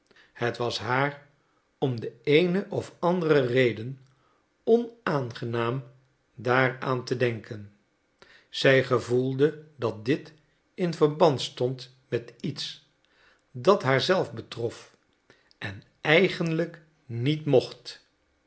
het was haar om de eene of andere reden onaangenaam daaraan te denken zij gevoelde dat dit in verband stond met iets dat haar zelf betrof en eigenlijk niet zijn mocht